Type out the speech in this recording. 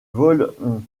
volent